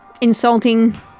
insulting